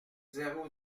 zéro